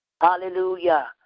hallelujah